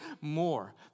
more